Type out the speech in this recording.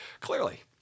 Clearly